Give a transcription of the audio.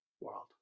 world